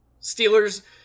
Steelers